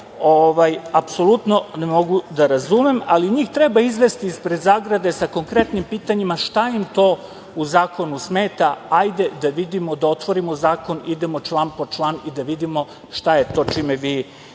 apsolutno ne mogu da razumem ali njih treba izvesti ispred zagrade sa konkretnim pitanjima šta im to u zakonu smeta, hajde da vidimo da otvorimo zakon, idemo član po član i da vidimo šta je to čime vi niste